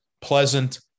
pleasant